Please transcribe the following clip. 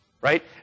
right